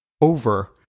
Over